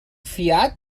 fiat